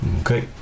Okay